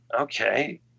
Okay